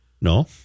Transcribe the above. No